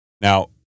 Now